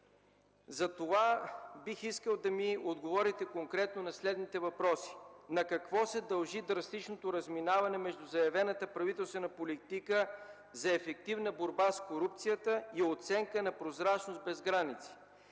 Затова бих искал да ми отговорите конкретно на следните въпроси. На какво се дължи драстичното разминаване между заявената правителствена политика за ефективна борба с корупцията и оценка на „Прозрачност без граници”?